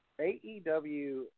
AEW